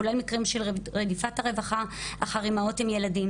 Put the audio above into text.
כולל מקרים של רדיפת הרווחה אחר אימהות עם ילדים